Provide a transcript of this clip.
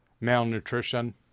malnutrition